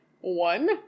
one